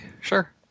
sure